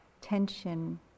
tension